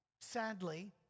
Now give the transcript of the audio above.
sadly